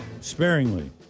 sparingly